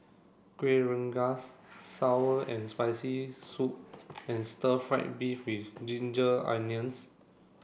Kueh Rengas sour and spicy soup and stir fried beef with ginger onions